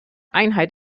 einheit